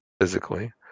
physically